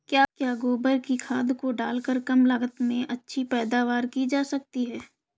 क्या गोबर की खाद को डालकर कम लागत में अच्छी पैदावारी की जा सकती है?